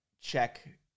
check